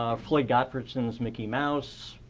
um floyd gottfredson's mickey mouse,